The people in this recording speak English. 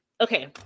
okay